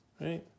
Right